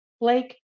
Blake